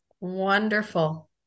Wonderful